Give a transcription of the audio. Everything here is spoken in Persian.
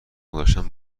گذاشتن